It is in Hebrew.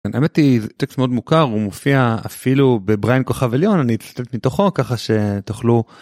זה טקסט מאוד מוכר והוא מופיע אפילו בבראיין כוכב עליון אני אצטט מתוכו ככה שתוכלו.